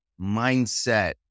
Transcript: mindset